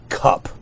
cup